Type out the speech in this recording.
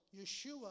Yeshua